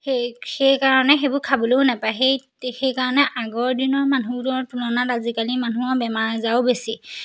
সেই সেইকাৰণে সেইবোৰ খাবলৈও নাপায় সেই সেইকাৰণে আগৰ দিনৰ মানুহৰ তুলনাত আজিকালি মানুহৰ বেমাৰ আজাৰো বেছি